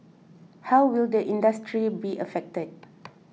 how will the industry be affected